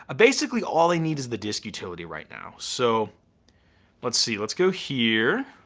ah basically all i need is the disk utility right now. so let's see, let's go here.